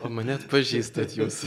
o mane atpažįstat jūs